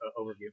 overview